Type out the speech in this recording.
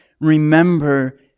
remember